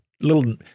little